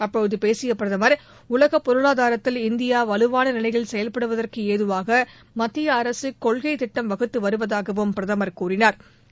அப்போது பேசிய பிரதமர் உலகப் பொருளாதாரத்தில் இந்தியா வலுவான நிலையில் செயல்படுவதற்கு ஏதுவாக மத்திய அரசு கொள்கை திட்டம் வகுத்து வருவதாகவும் பிரதமர் கூறினா்